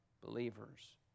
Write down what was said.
believers